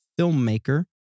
filmmaker